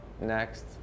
next